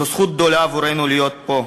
זו זכות גדולה עבורנו להיות פה,